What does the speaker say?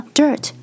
dirt